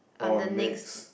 on the next